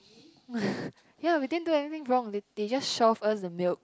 ya we didn't do anything wrong they they just shoved us the milk